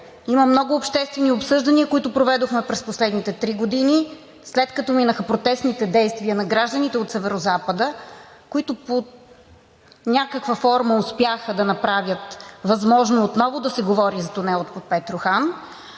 Има много обществени обсъждания, които проведохме през последните три години, след като минаха протестните действия на гражданите от Северозапада, които под някаква форма успяха да направят възможно отново да се говори за тунела под Петрохан.